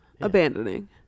abandoning